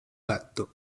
gatto